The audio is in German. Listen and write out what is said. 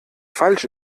falsch